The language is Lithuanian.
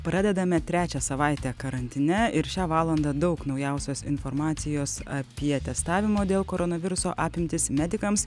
pradedame trečią savaitę karantine ir šią valandą daug naujausios informacijos apie testavimo dėl koronaviruso apimtis medikams